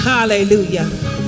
Hallelujah